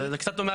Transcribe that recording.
זה קצת דומה,